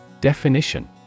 Definition